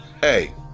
Hey